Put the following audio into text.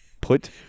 Put